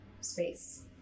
space